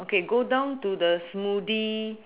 okay go down to the smoothie